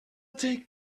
take